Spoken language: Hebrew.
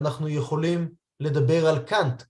אנחנו יכולים לדבר על קאנט.